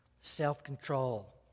self-control